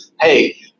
hey